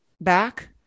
back